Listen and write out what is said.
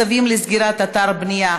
צווים לסגירת אתר הבנייה),